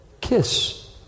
kiss